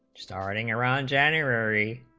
starting around january